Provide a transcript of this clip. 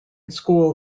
school